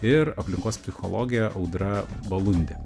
ir aplinkos psichologė audra balundė